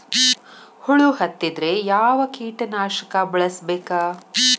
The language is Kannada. ಹುಳು ಹತ್ತಿದ್ರೆ ಯಾವ ಕೇಟನಾಶಕ ಬಳಸಬೇಕ?